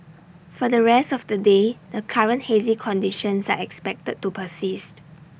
for the rest of the day the current hazy conditions are expected to persist